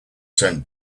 sent